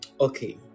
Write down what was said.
Okay